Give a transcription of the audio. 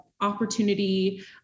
opportunity